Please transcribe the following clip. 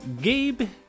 Gabe